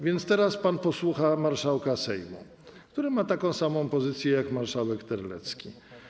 Więc teraz pan posłucha marszałka Sejmu, który ma taką samą pozycję jak marszałek Terlecki.